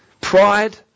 pride